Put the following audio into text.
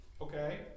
Okay